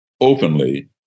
openly